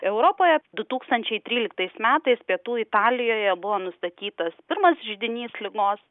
europoje du tūkstančiai tryliktais metais pietų italijoje buvo nustatytas pirmas židinys ligos